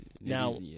Now